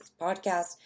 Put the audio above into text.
podcast